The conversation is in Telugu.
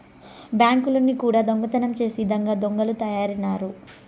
బ్యాంకుల్ని కూడా దొంగతనం చేసే ఇదంగా దొంగలు తయారైనారు